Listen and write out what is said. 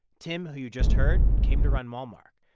tim, who you just heard, came to run malmark.